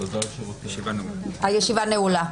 הישיבה נעולה.